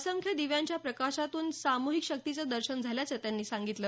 असंख्य दिव्यांच्या महाप्रकाशातून सामुहिक शक्तीचं दर्शन झाल्याचं त्यांनी सांगितलं